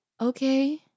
Okay